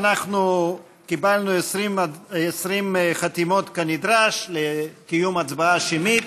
אנחנו קיבלנו 20 חתימות כנדרש לקיום הצבעה שמית.